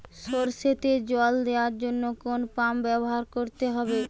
সরষেতে জল দেওয়ার জন্য কোন পাম্প ব্যবহার করতে হবে?